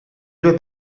due